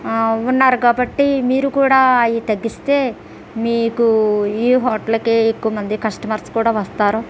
ఉన్నారు కాబట్టి మీరు కూడా ఇవి తగ్గిస్తే మీకు ఈ హోటల్కి ఎక్కువ మంది కస్టమర్స్ కూడ వస్తారు